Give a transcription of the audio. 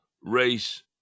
race